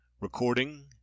Recording